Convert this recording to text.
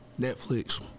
Netflix